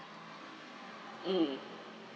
mm